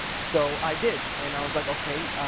so i did and i was, like, ok,